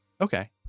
Okay